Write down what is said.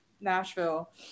Nashville